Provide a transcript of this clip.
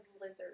lizard